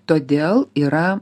todėl yra